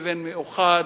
"מאוחד",